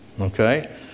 Okay